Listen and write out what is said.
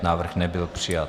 Návrh nebyl přijat.